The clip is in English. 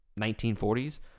1940s